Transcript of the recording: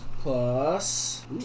Plus